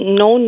no